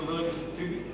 חבר הכנסת טיבי?